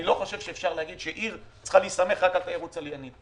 אני לא חושב שאפשר לומר שעיר צריכה להיסמך רק על תיירות צליינית.